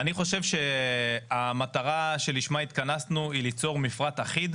אני חושב שהמטרה שלשמה התכנסנו הוא ליצור מפרט אחיד,